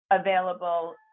available